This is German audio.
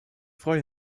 freue